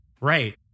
Right